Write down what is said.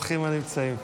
ברוכים הנמצאים.